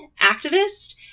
activist